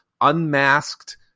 unmasked